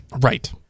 Right